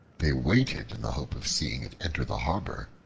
they waited in the hope of seeing it enter the harbor,